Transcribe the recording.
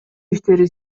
иштери